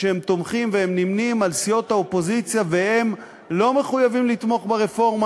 שהם תומכים והם נמנים עם סיעות האופוזיציה והם לא מחויבים לתמוך ברפורמה